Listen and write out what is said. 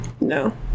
No